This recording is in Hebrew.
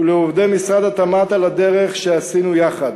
ולעובדי משרד התמ"ת, על הדרך שעשינו יחד.